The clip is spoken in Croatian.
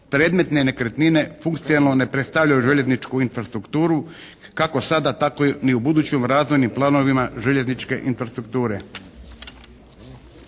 Predmetne nekretnine funkcionalno ne predstavljaju željezničku infrastrukturu kako sada tako ni u budućem radu ni planovima željezničke infrastrukture.